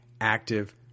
active